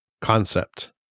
concept